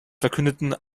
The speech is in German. verkündeten